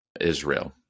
Israel